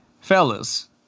fellas